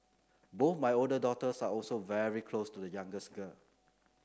both my older daughters are also very close to the youngest girl